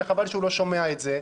שחבל שהוא לא שומע את זה,